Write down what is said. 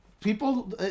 people